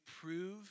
prove